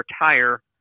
retire